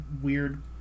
weird